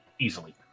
easily